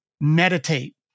meditate